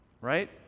right